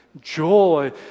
Joy